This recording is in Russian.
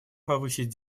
повысить